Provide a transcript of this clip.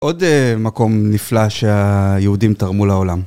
עוד מקום נפלא שהיהודים תרמו לעולם.